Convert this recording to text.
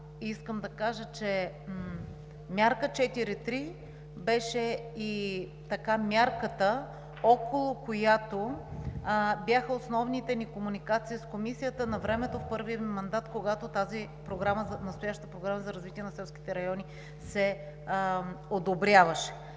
за това. Мярка 4.3 беше и мярката, около която бяха основните ни комуникации с Комисията навремето в първия ми мандат, когато настоящата Програма за развитие на селските райони се одобряваше.